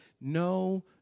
No